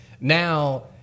now